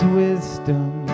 wisdom